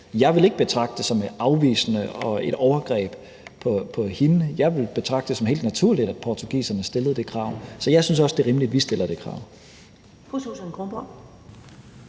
Jeg ville ikke betragte det som afvisende og som et overgreb på hende. Jeg ville betragte det som helt naturligt, at portugiserne stillede det krav. Så jeg synes også, at det er rimeligt, vi stiller det krav.